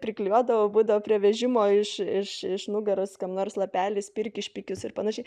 priklijuodavo būdavo prie vežimo iš iš iš nugaros kam nors lapelį spirk į špykius ir panašiai